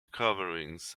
coverings